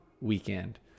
weekend